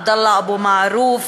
עבדאללה אבו מערוף,